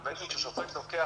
וברגע ששופט לוקח